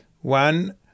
One